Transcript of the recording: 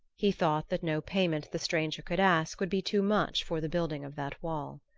he thought that no payment the stranger could ask would be too much for the building of that wall.